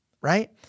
right